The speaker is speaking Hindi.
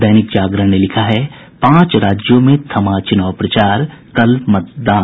दैनिक जागरण ने लिखा है पांच राज्यों में थमा चुनाव प्रचार कल मतदान